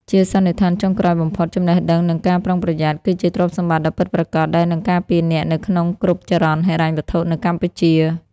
ជាសន្និដ្ឋានចុងក្រោយបំផុត "ចំណេះដឹង និងការប្រុងប្រយ័ត្ន" គឺជាទ្រព្យសម្បត្តិដ៏ពិតប្រាកដ ដែលនឹងការពារអ្នកនៅក្នុងគ្រប់ចរន្តហិរញ្ញវត្ថុនៅកម្ពុជា។